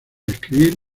escribir